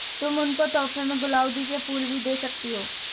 तुम उनको तोहफे में गुलाउदी के फूल भी दे सकती हो